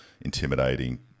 intimidating